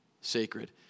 sacred